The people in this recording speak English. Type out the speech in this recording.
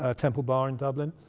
ah temple bar in dublin,